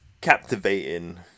captivating